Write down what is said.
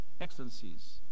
Excellencies